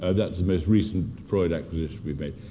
ah that's the most recent freud acquisition we've made.